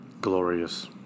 Glorious